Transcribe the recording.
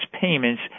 payments